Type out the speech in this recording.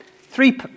three